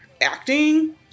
acting